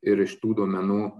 ir iš tų duomenų